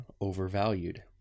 overvalued